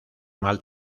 mal